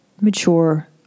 mature